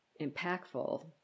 impactful